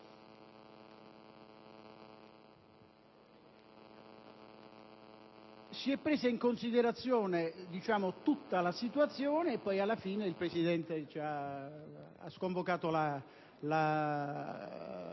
Si è presa in considerazione tutta la situazione e alla fine il Presidente ha sconvocato la